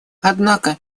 однако